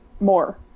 more